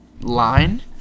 Line